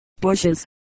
bushes